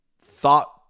thought